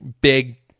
big